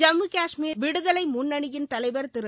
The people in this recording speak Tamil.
ஜம்மு சாஷ்மீர் விடுதலை முன்னணியின் தலைவர் திரு